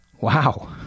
Wow